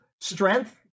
strength